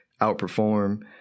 outperform